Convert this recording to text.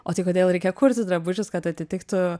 o tai kodėl reikia kurti drabužius kad atitiktų